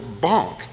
bonk